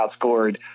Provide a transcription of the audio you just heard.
outscored